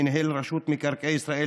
מנהל רשות מקרקעי ישראל,